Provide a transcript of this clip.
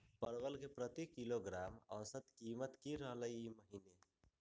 परवल के प्रति किलोग्राम औसत कीमत की रहलई र ई महीने?